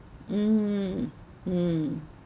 mm mm